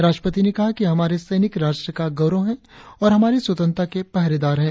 राष्ट्रपति ने कहा है कि हमारे सैनिक राष्ट्र का गौरव है और हमारी स्वतंत्रता के पहरेदार हैं